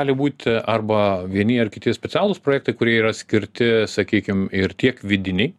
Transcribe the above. gali būt arba vieni ar kiti specialūs projektai kurie yra skirti sakykim ir tiek vidinei